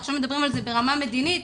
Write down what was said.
עכשיו מדברים על זה ברמה המדינית.